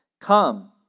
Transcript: come